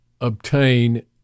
obtain